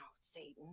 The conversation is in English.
Satan